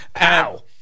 Ow